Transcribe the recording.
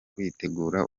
kwitegura